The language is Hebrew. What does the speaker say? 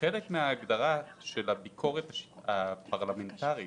וחלק מההגדרה של הביקורת הפרלמנטרית